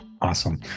Awesome